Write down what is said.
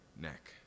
neck